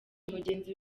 mugenzi